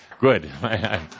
Good